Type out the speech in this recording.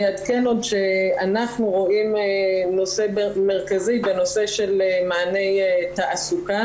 אני אעדכן עוד שאנחנו רואים נושא מרכזי בנושא של מענה תעסוקה,